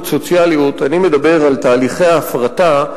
סוציאליות אני מדבר על תהליכי ההפרטה,